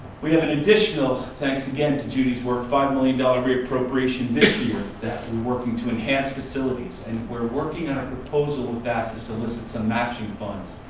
we have an additional, thanks again to judy's work, a five million dollars re-appropriation this year that we're working to enhance facilities. and we're working on a proposal of that to solicit some matching funds.